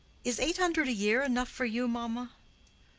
is eight hundred a year enough for you, mamma?